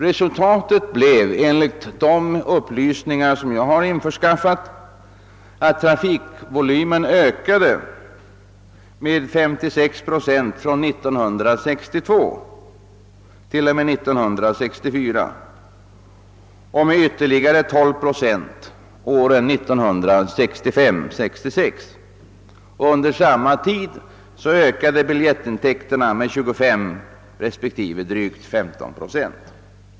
Resultatet blev enligt de upplysningar jag har införskaffat, att trafikvolymen ökade med 56 procent från 1962 till 1964 och med ytterligare 12 procent under åren 1965 och 1966. Under samma tid ökade biljettintäkterna med 25 respektive drygt 15 procent.